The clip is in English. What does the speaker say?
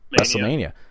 WrestleMania